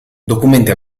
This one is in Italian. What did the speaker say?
documenti